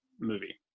movie